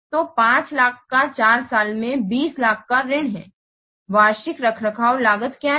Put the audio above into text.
तो 500000 का 4 में 2000000 का ऋण है वार्षिक रखरखाव लागत क्या है